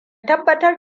tabbatar